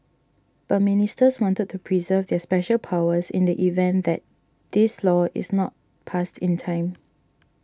but ministers wanted to preserve their special powers in the event that this law is not passed in time